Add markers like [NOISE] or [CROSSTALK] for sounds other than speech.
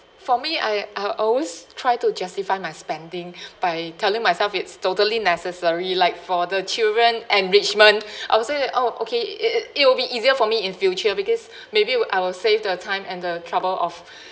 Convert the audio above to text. for me I I always try to justify my spending [BREATH] by telling myself it's totally necessary like for the children enrichment I would say that oh okay it it it will be easier for me in future because [BREATH] maybe I will save the time and the trouble of [BREATH]